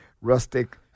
rustic